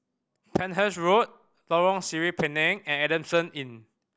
Penhas Road Lorong Sireh Pinang and Adamson Inn